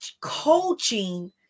Coaching